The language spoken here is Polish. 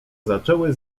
zaczęły